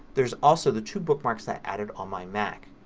there's also the two bookmarks i've added on my mac.